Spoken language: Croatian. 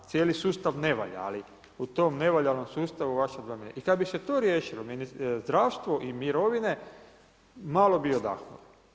Cijeli sustav ne valja, ali u tom nevaljalom sustavu… i kada bi se to riješilo, zdravstvo i mirovine malo bi odahnuli.